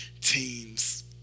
teams